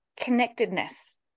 connectedness